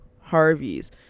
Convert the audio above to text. Harvey's